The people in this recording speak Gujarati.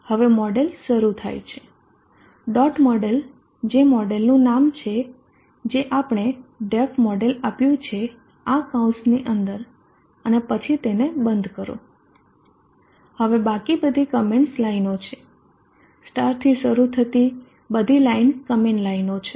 હવે મોડેલ શરૂ થાય છે ડોટ મોડેલ જે મોડેલનું નામ છે જે આપણે Def મોડેલ આપ્યુ છે આ કૌસની અંદર અને પછી તેને બંધ કરો હવે બાકી બધી કોમેન્ટ્સ લાઈનો છે સ્ટારથી શરૂ થતી બધી લાઇન કોમેન્ટ્સ લાઈનો છે